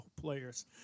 players